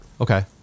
Okay